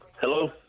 Hello